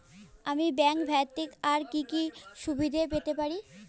আমি ব্যাংক ব্যথিত আর কি কি সুবিধে পেতে পারি?